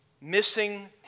Missing